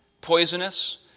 poisonous